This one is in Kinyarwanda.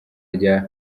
rya